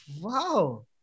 wow